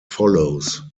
follows